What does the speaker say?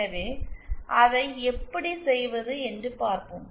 எனவே அதை எப்படி செய்வது என்று பார்ப்போம்